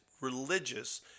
religious